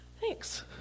Thanks